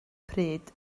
pryd